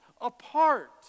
apart